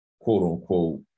quote-unquote